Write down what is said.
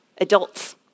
adults